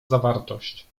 zawartość